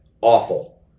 awful